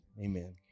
Amen